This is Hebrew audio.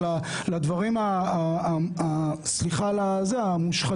שזה עוד חוק שמן